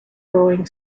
growing